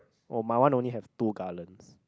oh my one only have two gallons